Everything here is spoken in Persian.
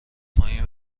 پایین